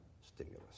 stimulus